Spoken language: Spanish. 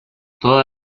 toda